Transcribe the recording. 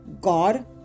god